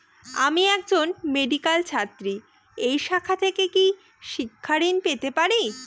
আমি একজন মেডিক্যাল ছাত্রী এই শাখা থেকে কি শিক্ষাঋণ পেতে পারি?